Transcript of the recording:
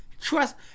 trust